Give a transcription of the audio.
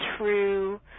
true